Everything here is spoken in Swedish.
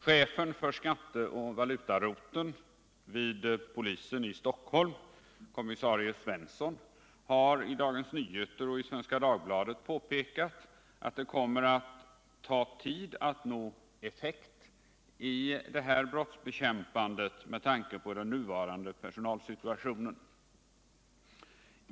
Chefen för skatteoch valutaroteln vid polisen i Stockholm, kommissarie Svensson, har i Dagens Nyheter och i Svenska Dagbladet påpekat att det med tanke på den nuvarande personalsituationen kommer att ta tid att nå effekt i brottsbekämpandet.